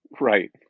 right